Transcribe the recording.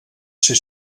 ser